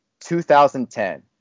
2010